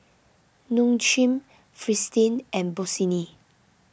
Nong Shim Fristine and Bossini